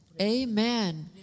Amen